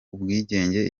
ubwigenge